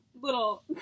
little